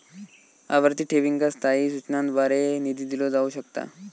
आवर्ती ठेवींका स्थायी सूचनांद्वारे निधी दिलो जाऊ शकता